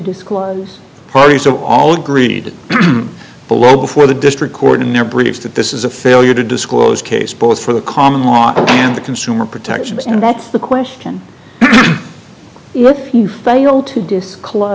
disclose party so all agreed below before the district court in their briefs that this is a failure to disclose case both for the common law and the consumer protections and that's the question what you failed to discl